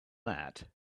that